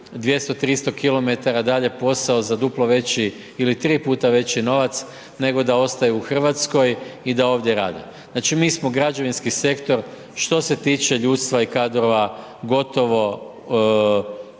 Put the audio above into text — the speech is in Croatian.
200, 300km dalje posao za duplo veći ili tri puta veći novac nego da ostaju u Hrvatskoj i da ovdje rade. Znači mi smo građevinski sektor što se tiče ljudstva i kadrova gotovo